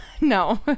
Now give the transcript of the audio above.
No